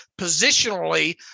positionally